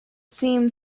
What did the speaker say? seemed